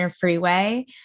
freeway